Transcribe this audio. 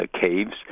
caves